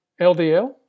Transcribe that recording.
LDL